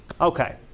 okay